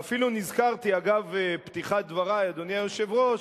ואפילו נזכרתי, אגב פתיחת דברי, אדוני היושב-ראש,